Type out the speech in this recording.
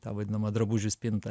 tą vadinamą drabužių spintą